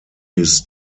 his